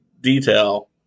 detail